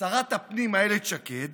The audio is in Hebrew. שרת הפנים אילת שקד